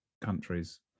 countries